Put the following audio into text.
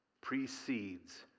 precedes